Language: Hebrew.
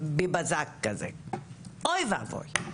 אוי ואבוי.